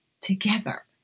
together